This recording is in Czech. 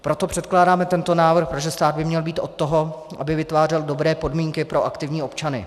Proto předkládáme tento návrh, protože stát by měl být od toho, aby vytvářel dobré podmínky pro aktivní občany.